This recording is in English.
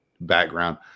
background